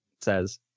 says